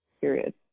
period